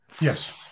Yes